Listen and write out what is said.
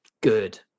good